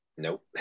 Nope